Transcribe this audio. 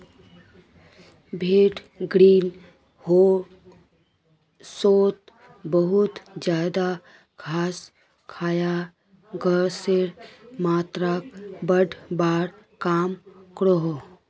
भेड़ ग्रीन होउसोत बहुत ज्यादा घास खाए गसेर मात्राक बढ़वार काम क्रोह